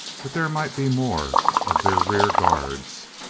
but there might be more of their rear guards.